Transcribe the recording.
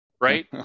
Right